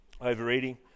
overeating